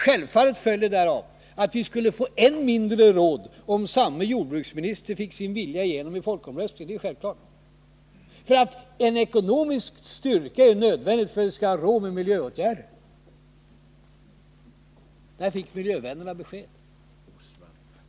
Självfallet följer därav att vi skulle få än mindre råd om samme jordbruksminister fick sin vilja igenom i folkomröstningen. Det är ju självklart. Ekonomisk styrka är nödvändig för att vi skall ha råd med miljöåtgärder. Där fick miljövännerna besked.